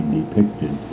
depicted